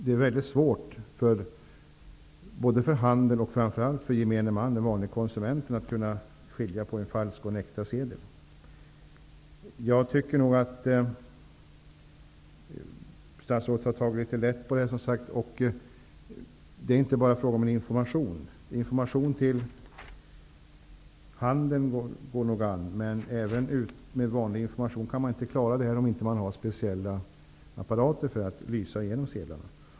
Det är mycket svårt för handeln och framför allt för gemene man, den vanlige konsumenten, att skilja på en falsk och en äkta sedel. Jag tycker att statsrådet har tagit litet för lätt på frågan. Det är inte bara fråga om information. Informationen till handeln går nog an. Men man kan inte klara av detta problem bara genom information om man inte har en särskild apparat för att lysa igenom sedlarna.